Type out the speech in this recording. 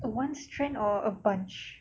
a one strand or a bunch